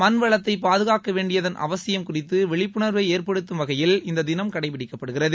மண்வளத்தை பாதுகாக்க வேண்டியதன் அவசியம் குறித்து விழிப்புணர்வை ஏற்படுத்தும் வகையில் இந்த தினம் கடைபிடிக்கப்படுகிறது